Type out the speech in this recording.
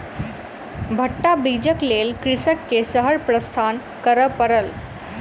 भट्टा बीजक लेल कृषक के शहर प्रस्थान करअ पड़ल